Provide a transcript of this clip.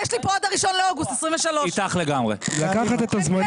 אבל יש לי פה עד ה-1 באוגוסט 23'. לקחת את הזמני,